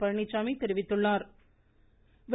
பழனிச்சாமி தெரிவித்துள்ளாா்